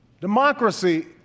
Democracy